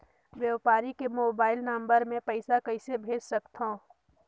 व्यापारी के mobile number मे पईसा कइसे भेज सकथव?